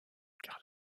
car